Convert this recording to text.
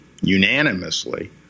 unanimously